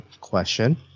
question